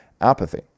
apathy